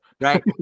right